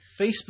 Facebook